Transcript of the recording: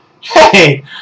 Hey